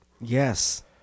Yes